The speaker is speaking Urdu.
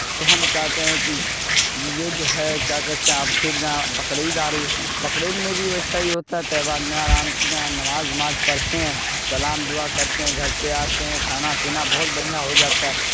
تو ہم چاہتے ہیں کہ یہ جو ہے کیا کہتے ہیں آپ پھر جہاں بقر عید آ رہی ہے بقر عید میں بھی ویسا ہی ہوتا ہے تہوار میں آرام سے جہاں نماز اماز پڑھتے ہیں سلام دعا کرتے ہیں گھر پہ آتے ہیں کھانا پینا بہت بڑھیا ہو جاتا ہے